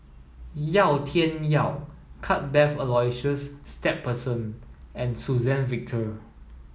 Yau Tian Yau Cuthbert Aloysius Shepherdson and Suzann Victor